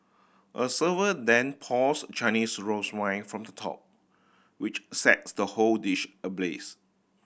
a server then pours Chinese rose wine from the top which sets the whole dish ablaze